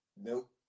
Nope